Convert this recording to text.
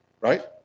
Right